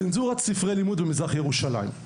צנזורת ספרי לימוד במזרח ירושלים: